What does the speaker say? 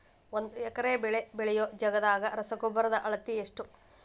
ಒಂದ್ ಎಕರೆ ಬೆಳೆ ಬೆಳಿಯೋ ಜಗದಾಗ ರಸಗೊಬ್ಬರದ ಅಳತಿ ಎಷ್ಟು?